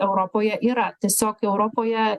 europoje yra tiesiog europoje